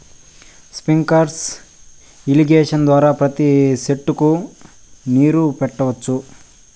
sprinkler irrigation ద్వారా ప్రతి సెట్టుకు నీరు పెట్టొచ్చు